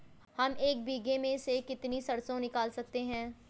हम एक बीघे में से कितनी सरसों निकाल सकते हैं?